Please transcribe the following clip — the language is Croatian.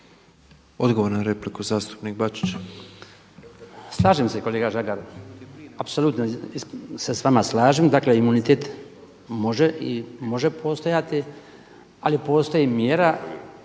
Odgovor na repliku zastupnik Bačić. **Bačić, Branko (HDZ)** Slažem se kolega Žagar, apsolutno se s vama slažem. Dakle, imunitet može postojati ali postoji mjera